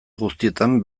guztietan